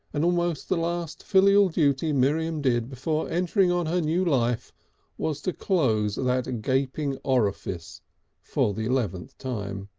and almost the last filial duty miriam did before entering on her new life was to close that gaping orifice for the eleventh time.